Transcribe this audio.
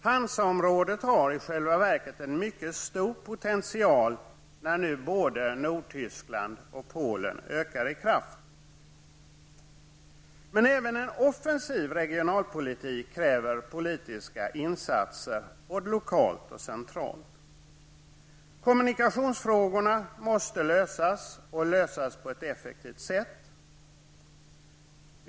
Hansaområdet har i själva verket en mycket stor potential när nu både Men även en offensiv regionalpolitik kräver politiska insatser, både lokalt och centralt. Kommunikationsfrågorna måste lösas och lösas på ett effektivt sätt.